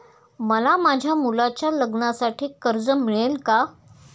मला माझ्या मुलाच्या लग्नासाठी कर्ज मिळेल का?